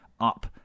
up